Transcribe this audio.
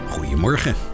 Goedemorgen